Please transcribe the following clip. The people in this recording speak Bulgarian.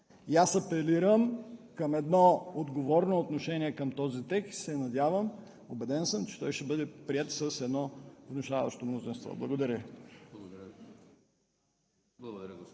Аз апелирам към едно отговорно отношение към този текст и се надявам, убеден съм, че той ще бъде приет с едно внушаващо мнозинство. Благодаря